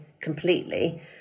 completely